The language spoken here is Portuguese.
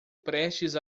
prestes